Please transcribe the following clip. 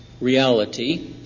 reality